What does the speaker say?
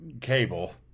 cable